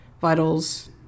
vitals